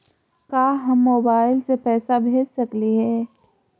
का हम मोबाईल से पैसा भेज सकली हे?